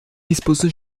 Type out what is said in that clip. disposent